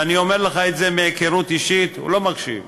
ואני אומר לך את זה מהיכרות אישית, הוא לא מקשיב.